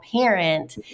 parent